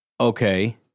Okay